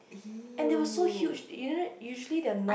and they were so huge usua~ usually they are not